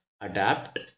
ADAPT